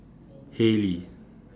Haylee